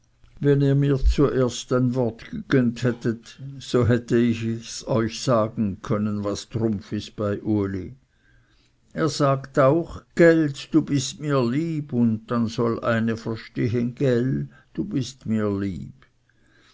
wenn ihr mir zuerst ein wort gegönnt hättet so hätte ich es euch sagen können was trumpf ist bei uli er sagt auch geld du bist mir lieb und dann soll eine verstehen gäll du bist mir lieb